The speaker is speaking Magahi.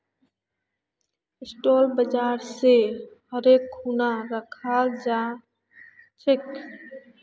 स्टाक शेयर बाजर स जोरे खूना दखाल जा छेक